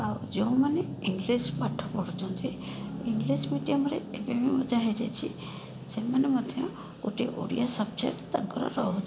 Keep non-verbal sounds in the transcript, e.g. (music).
ଆଉ ଯେଉଁମାନେ ଇଂଗ୍ଲିଶ୍ ପାଠ ପଢ଼ୁଛନ୍ତି ଇଂଗ୍ଲିଶ୍ ମିଡ଼ିୟମ୍ରେ ଏବେ ବି (unintelligible) ସେମାନେ ମଧ୍ୟ ଗୋଟିଏ ଓଡ଼ିଆ ସବଜେକ୍ଟ ତାଙ୍କର ରହୁଛି